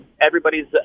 everybody's